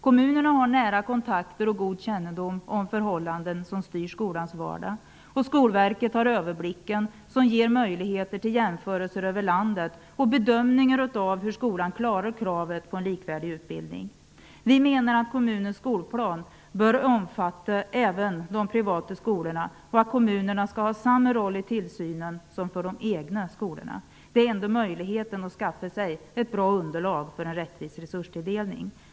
Kommunerna har nära kontakter och god kännedom om förhållanden som styr skolans vardag, och Skolverket har överblicken, som ger möjligheter till jämförelser över landet och bedömningar av hur skolan klarar kravet på en likvärdig utbildning. Vi menar att kommunens skolplan bör omfatta även de privata skolorna och att kommunerna där skall ha samma roll i tillsynen som för de egna skolorna. Det är den enda möjligheten att skaffa sig ett bra underlag för en rättvis resurstilldelning.